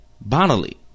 bodily